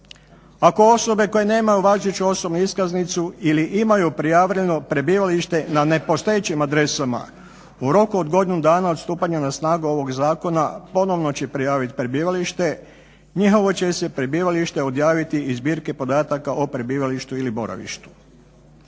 Ako osobe koje nemaju važeću osobnu iskaznicu ili imaju prijavljeno prebivalište na nepostojećim adresama u roku od godina dana od stupanja na snagu ovog zakona ponovno će prijaviti prebivalište. Njihovo će se prebivalište odjaviti iz zbirke podataka o prebivalištu ili boravištu.